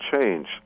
change